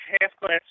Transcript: half-glass